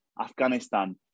Afghanistan